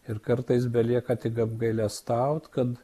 ir kartais belieka tik apgailestaut kad